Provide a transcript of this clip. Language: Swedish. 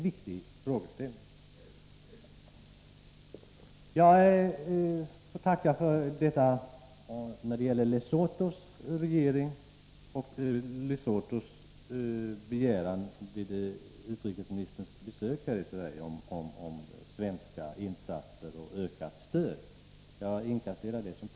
Jag får slutligen tacka för beskedet i fråga om den begäran som framfördes av Lesothos utrikesminister vid besöket i Sverige och som gällde ett ökat svenskt stöd. Jag ser detta som positivt.